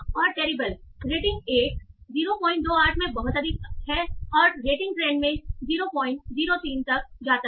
और terrible rating 1 028 में बहुत अधिक है और रेटिंग ट्रेंड में 003 तक जाता है